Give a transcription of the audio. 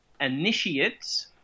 initiates